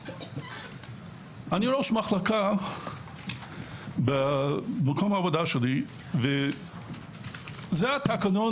אני ראש מחלקה במקום העבודה שלי וזה התקנון